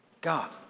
God